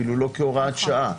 אפילו לא כהוראת שעה,